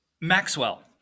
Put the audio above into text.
maxwell